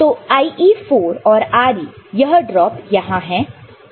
तो IE4 और Re यह ड्रॉप यहां है